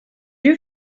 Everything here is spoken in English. you